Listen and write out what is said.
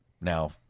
now